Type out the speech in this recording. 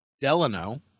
Delano